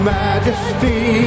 majesty